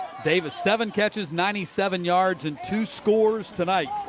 davis seven catches, ninety seven yards and two scores tonight.